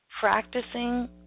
practicing